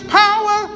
power